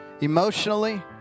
emotionally